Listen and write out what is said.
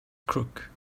crook